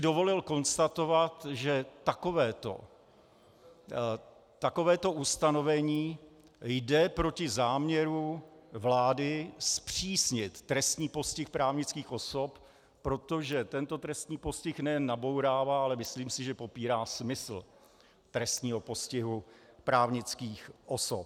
Dovolil bych si konstatovat, že takovéto ustanovení jde proti záměru vlády zpřísnit trestní postih právnických osob, protože tento trestní postih nejen nabourává, ale myslím si, že popírá smysl trestního postihu právnických osob.